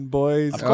boy's